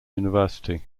university